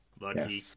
Lucky